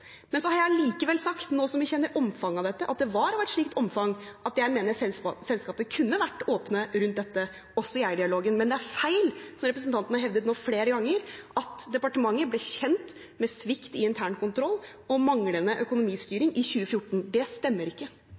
Men så har jeg likevel sagt, nå som vi kjenner omfanget av dette, at det var av et slikt omfang at jeg mener selskapet kunne vært åpne rundt dette, også i eierdialogen. Men det er feil som representanten nå har hevdet flere ganger, at departementet ble kjent med svikt i internkontroll og manglende økonomistyring i 2014. Det stemmer ikke.